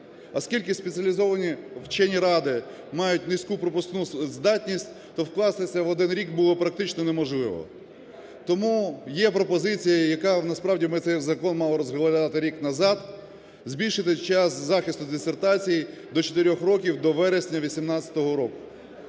Оскільки спеціалізовані вчені ради мають низьку пропускну здатність, то вкластися в один рік було практично неможливо. Тому є пропозиція, яка, насправді ми цей закон мали розглядати рік назад, збільшити час захисту дисертацій до 4 років, до вересня 2018 року.